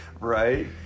Right